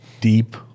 deep